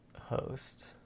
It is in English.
host